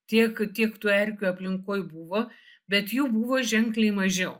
tiek tiek tų erkių aplinkoj buvo bet jų buvo ženkliai mažiau